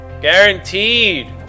Guaranteed